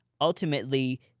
ultimately